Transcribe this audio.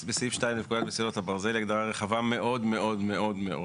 סעיף 2 לפקודת מסילות הברזל היא הגדרה רחבה מאוד מאוד מאוד.